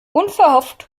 unverhofft